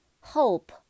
Hope